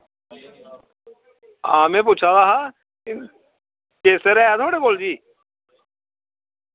आं में पुच्छा दा हा केसर ऐ थुआढ़े कोल जी